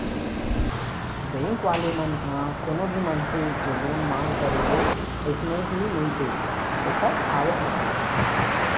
bank वाले मन ह कोनो भी मनसे के लोन मांग करे ले अइसने ही नइ दे ओखर आवक ल देखथे